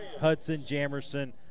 Hudson-Jamerson